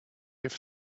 have